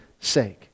sake